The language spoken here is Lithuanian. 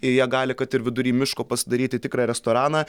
ir jie gali kad ir vidury miško pasidaryti tikrą restoraną